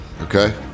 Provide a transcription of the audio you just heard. Okay